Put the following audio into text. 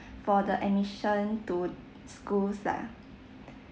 for the admission to schools lah